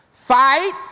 Fight